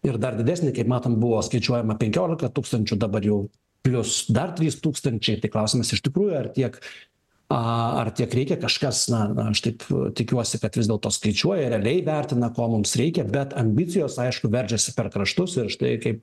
ir dar didesnį kaip matom buvo skaičiuojama penkiolika tūkstančių dabar jau plius dar trys tūkstančiai tai klausimas iš tikrųjų ar tiek ar tiek reikia kažkas na na aš taip tikiuosi kad vis dėlto skaičiuoja realiai vertina ko mums reikia bet ambicijos aišku veržiasi per kraštus ir štai kaip